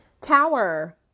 Tower